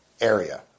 area